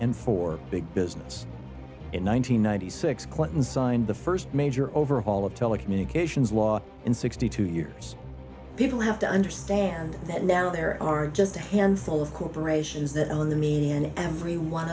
and for big business in one thousand nine hundred six clinton signed the first major overhaul of telecommunications law in sixty two years people have to understand that now there are just a handful of corporations that own the me and every one